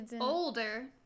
older